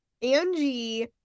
Angie